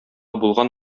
булган